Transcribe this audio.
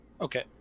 Okay